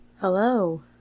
Hello